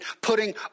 putting